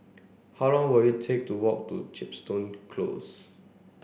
how long will it take to walk to Chepstow Close